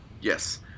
Yes